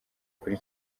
kuri